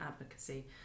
advocacy